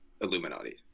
illuminati